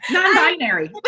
Non-binary